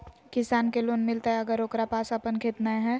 किसान के लोन मिलताय अगर ओकरा पास अपन खेत नय है?